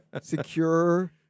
secure